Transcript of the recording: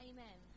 Amen